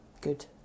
Good